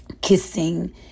kissing